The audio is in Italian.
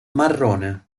marrone